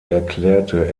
erklärte